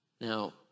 Now